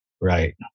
Right